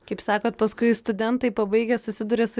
kaip sakot paskui studentai pabaigę susiduria su